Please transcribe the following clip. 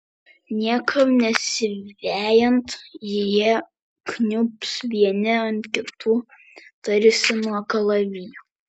niekam nesivejant jie kniubs vieni ant kitų tarsi nuo kalavijo